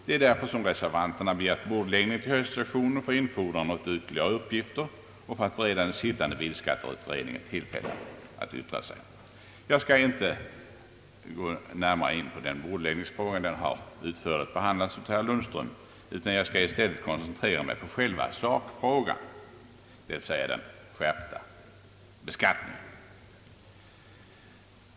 Det är därför reservanterna begärt bordläggning av denna fråga till höstsessionen för infordrande av ytterligare uppgifter och för att bereda den sittande bilskatteutredningen tillfälle att yttra sig. Jag skall inte gå närmare in på bordläggningsfrågan, som utförligt har behandlats av herr Lundström, utan skall i stället koncentrera mig på själva sakfrågan, dvs. den skärpta släpvagnsbeskattningen.